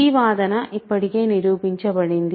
ఈ వాదన ఇప్పటికే నిరూపించబడింది